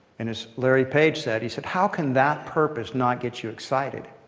and as larry page said, he said how can that purpose not get you excited?